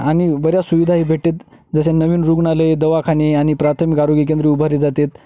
आणि बऱ्या सुविधाही भेटतात जसे नवीन रुग्णालये दवाखाने आणि प्राथमिक आरोग्य केंद्रे उभारली जातात